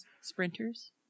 sprinters